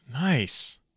nice